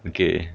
okay